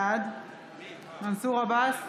בעד מנסור עבאס,